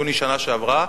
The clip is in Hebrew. יוני שנה שעברה,